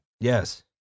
Yes